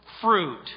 fruit